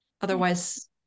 Otherwise